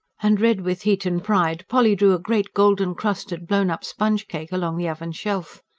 and, red with heat and pride, polly drew a great golden-crusted, blown-up sponge-cake along the oven shelf.